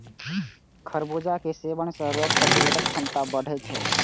खरबूजा के सेवन सं रोग प्रतिरोधक क्षमता बढ़ै छै